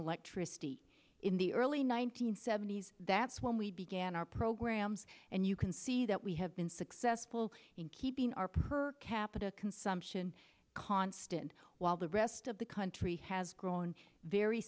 electricity in the early one nine hundred seventy s that's when we began our programs and you can see that we have been successful in keeping our per capita consumption constant while the rest of the country has grown very